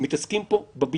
מתעסקים פה בביצה.